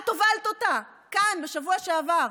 את הובלת אותה כאן בשבוע שעבר.